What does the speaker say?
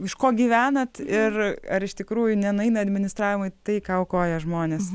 iš ko gyvenat ir ar iš tikrųjų nenueina administravimui tai ką aukoja žmonės